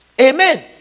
Amen